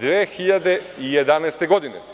2011. godine.